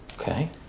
Okay